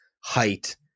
height